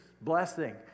blessing